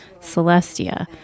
Celestia